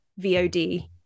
vod